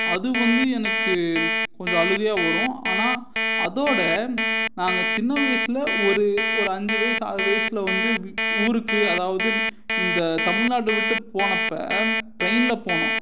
அது வந்து எனக்கு கொஞ்சம் அழுகையாக வரும் ஆனால் அதோட நாங்கள் சின்ன வயிசில் ஒரு ஒரு அஞ்சு வயசு ஆறு வயிசில் வந்து வி ஊருக்கு அதாவது இந்த தமிழ்நாட்டை விட்டு போனப்போ ட்ரெயினில் போனோம்